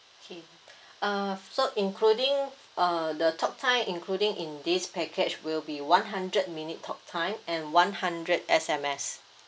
okay uh so including uh the talk time including in this package will be one hundred minute talk time and one hundred S_M_S